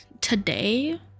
today